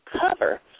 cover